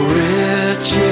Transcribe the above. rich